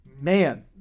Man